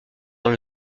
dans